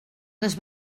les